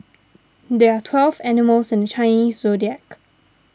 there are twelve animals in the Chinese zodiac